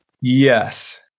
Yes